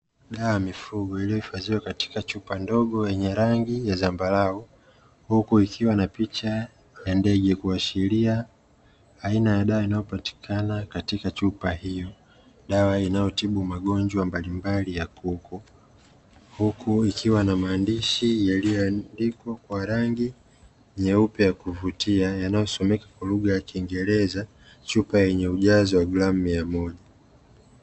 Dawa ya mifugo iliyohifadhiwa chupa ndogo yenye rangi ya zambarau huku ikiwa na picha ya ndege kuashiria aina ya dawa inayopatikana katika chupa hiyo. Dawa inayotibu magonjwa mbalimbali ya kuku, huku ikiwa na maandishi yaliyoandikwa kwa rangi nyeupe ya kuvutia yanayosomeka kwa lugha kiingereza; chupa yenye ujazo wa gramu mia moja